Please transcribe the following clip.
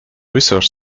research